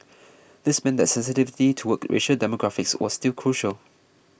this meant that sensitivity toward racial demographics was still crucial